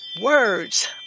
Words